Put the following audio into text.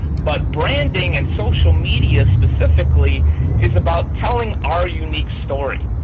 but branding and social media specifically is about telling our unique story,